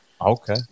Okay